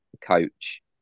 coach